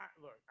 Look